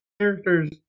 characters